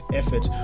effort